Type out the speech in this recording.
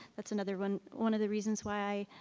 that's another one. one of the reasons why,